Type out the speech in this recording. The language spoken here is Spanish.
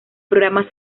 programa